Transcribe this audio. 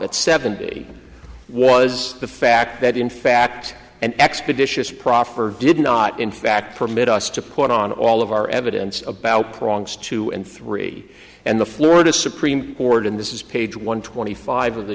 at seventy was the fact that in fact an expeditious proffer did not in fact permit us to put on all of our evidence about prongs two and three and the florida supreme court and this is page one twenty five of the